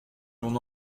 l’on